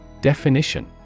Definition